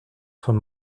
von